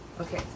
Okay